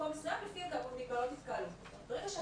גם